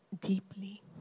deeply